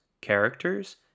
characters